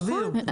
נכון,